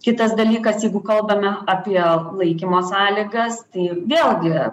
kitas dalykas jeigu kalbame apie laikymo sąlygas tai vėlgi